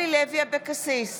שמחה,